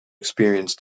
experienced